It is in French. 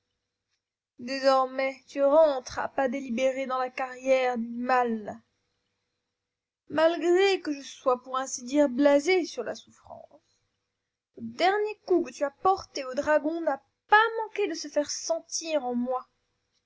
désormais tu rentres à pas délibérés dans la carrière du mal malgré que je sois pour ainsi dire blasé sur la souffrance le dernier coup que tu as porté au dragon n'a pas manqué de se faire sentir en moi